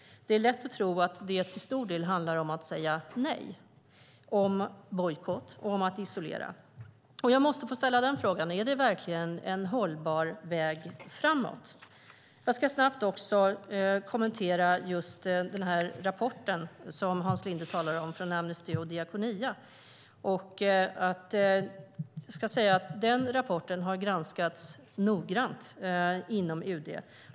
Det är lätt att tro att det till stor del handlar om att säga nej, om bojkott och om att isolera. Jag måste få ställa frågan: Är det verkligen en hållbar väg framåt? Jag ska snabbt också kommentera den här rapporten från Amnesty och Diakonia som Hans Linde talar om. Den har granskats noggrant inom UD.